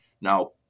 Now